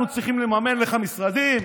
אנחנו צריכים לממן לך משרדים?